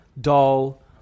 dull